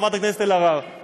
חברת הכנסת אלהרר,